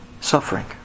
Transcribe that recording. Suffering